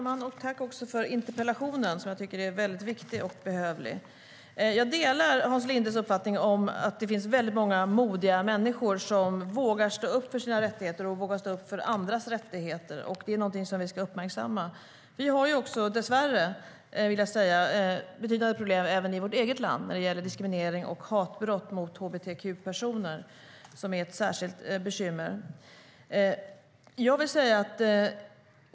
Herr talman! Tack för interpellationen, som jag tycker är väldigt viktig och behövlig! Jag delar Hans Lindes uppfattning att det finns väldigt många modiga människor som vågar stå upp för sina och andras rättigheter. Det är någonting som vi ska uppmärksamma. Vi har dess värre betydande problem även i vårt eget land när det gäller diskriminering och hatbrott mot hbtq-personer, som är ett särskilt bekymmer.